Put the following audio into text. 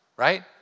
right